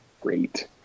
great